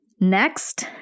Next